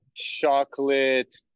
chocolate